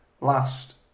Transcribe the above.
last